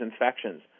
infections